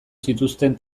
zituzten